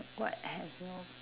what have your